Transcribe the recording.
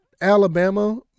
Alabama